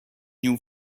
new